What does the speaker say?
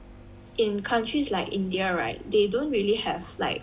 in countries like India right they don't really have like